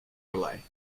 delay